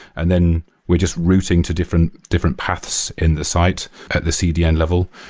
and then we're just rooting to different different paths in the site at the cdn level.